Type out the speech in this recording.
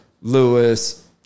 Lewis